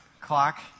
clock